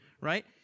right